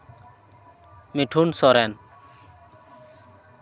Mithun Soren